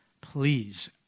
please